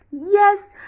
Yes